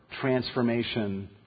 transformation